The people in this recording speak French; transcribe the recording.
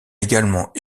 également